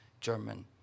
German